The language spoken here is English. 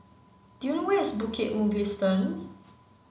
do you know where is Bukit Mugliston